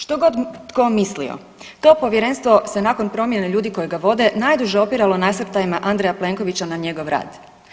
Što god tko mislio, to povjerenstvo se nakon promjene ljudi koji ga vode najduže opiralo nasrtajima Andreja Plenkovića na njegov rad.